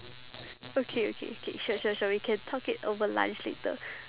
okay okay okay sure sure sure we can talk it over lunch later